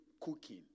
cooking